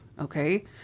okay